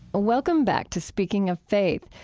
welcome back to speaking of faith,